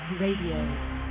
Radio